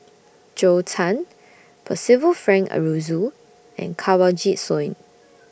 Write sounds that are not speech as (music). (noise) Zhou Can Percival Frank Aroozoo and Kanwaljit Soin